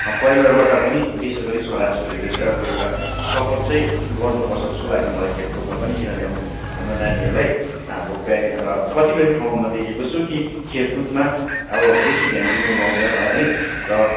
परिवारबाट पनि विशेषगरी छोरा छोरीले चाहिँ अब एउटा सपोर्ट चाहिँ गर्नुपर्छ जस्तो लाग्यो मलाई खेलकुदमा पनि किनभने अब हाम्रो नानीहरूलाई अब प्यारेन्ट कतिपय ठाउँमा देखेको छु कि खेलकुदमा अब बेसी ध्यान दिनु लाउँदैन है र